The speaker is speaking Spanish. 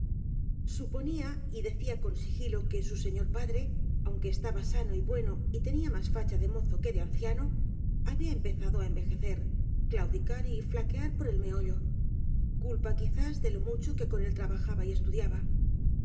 suponía y decía con sigilo que su señor padre aunque estaba sano y bueno y tenía más facha de mozo que de anciano había empeza do á envejecer claudicar y flaquear por el meollo culpa quizás de lo mucho que con él trabajaba y estudiaba